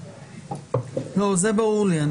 זה ברור לי.